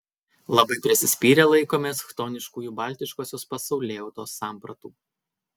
labai prisispyrę laikomės chtoniškųjų baltiškosios pasaulėjautos sampratų